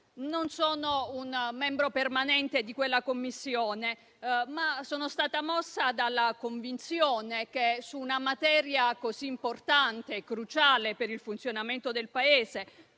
Non sono un membro permanente di quella Commissione, ma sono stata mossa dalla convinzione che su una materia così importante e cruciale per il funzionamento del Paese